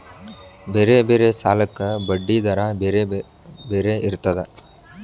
ಬೇರೆ ಬೇರೆ ಸಾಲಕ್ಕ ಬಡ್ಡಿ ದರಾ ಬೇರೆ ಬೇರೆ ಇರ್ತದಾ?